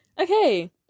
Okay